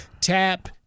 Tap